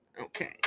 Okay